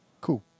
Cool